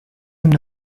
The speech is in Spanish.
una